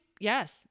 yes